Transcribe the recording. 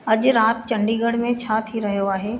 अॼु राति चंडीगढ़ में छा थी रहियो आहे